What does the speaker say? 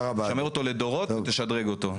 תשמר אותו לדורות ותשדרג אותו.